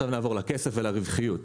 עכשיו נעבור לכסף ולרווחיות.